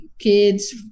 kids